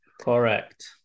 Correct